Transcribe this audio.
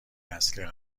اصلی